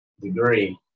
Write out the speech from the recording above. degree